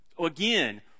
Again